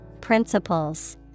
principles